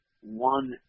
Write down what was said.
One